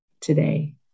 today